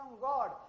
God